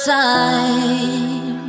time